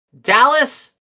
Dallas